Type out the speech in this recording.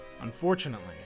Unfortunately